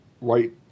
right